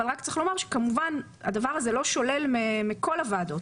אבל רק צריך לומר שכמובן הדבר הזה לא שולל מכל הוועדות,